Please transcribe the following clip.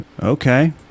Okay